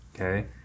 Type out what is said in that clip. Okay